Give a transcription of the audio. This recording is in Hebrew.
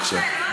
בבקשה.